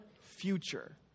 future